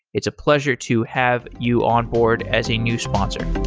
it's a pleasure to have you onboard as a new sponsor